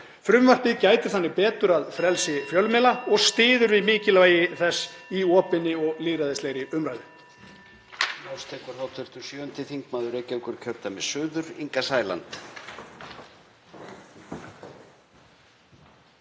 Frumvarpið gætir þannig betur að frelsi fjölmiðla og styður við mikilvægi þess í opinni og lýðræðislegri umræðu.